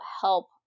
help